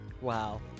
Wow